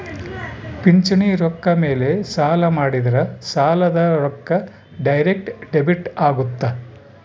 ಪಿಂಚಣಿ ರೊಕ್ಕ ಮೇಲೆ ಸಾಲ ಮಾಡಿದ್ರಾ ಸಾಲದ ರೊಕ್ಕ ಡೈರೆಕ್ಟ್ ಡೆಬಿಟ್ ಅಗುತ್ತ